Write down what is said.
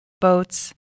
boats